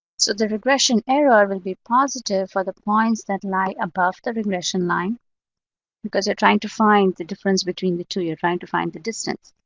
so the regression error will be positive for the points that lie above the regression line because you're trying to find the difference between the two. you're trying to find the distance.